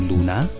Luna